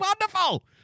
wonderful